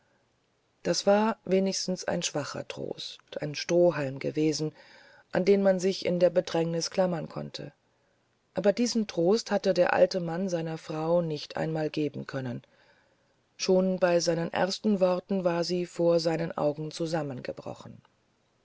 das war wenigstens ein schwacher trost ein strohhalm gewesen an den man sich in der bedrängnis klammern konnte aber diesen trost hatte der alte mann seiner frau nicht einmal geben können schon bei seinen ersten worten war sie vor seinen augen zusammengebrochen